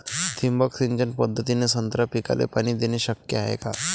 ठिबक सिंचन पद्धतीने संत्रा पिकाले पाणी देणे शक्य हाये का?